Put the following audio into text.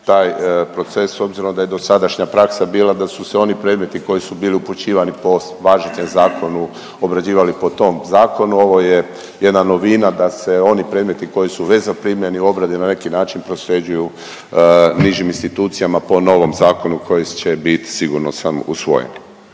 taj proces, s obzirom da je dosadašnja praksa bila da su se oni predmeti koji su bili upućivani po važećem zakonu obrađivali po tom zakonu, ovo je jedna novina da se oni predmeti koji su već zaprimljeni u obradi na neki način prosljeđuju nižim institucijama po novom zakonu koji će bit sigurno usvojen.